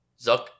Zuck